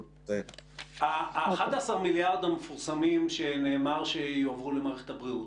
ה-11 מיליארד המפורסמים שנאמר שיועברו למערכת הבריאות,